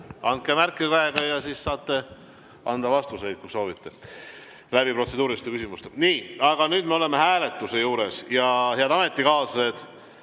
Andke märku käega ja siis saate anda vastuseid, kui soovite, läbi protseduuriliste küsimuste. Nii, aga nüüd me oleme hääletuse juures ja, head ametikaaslased,